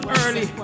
early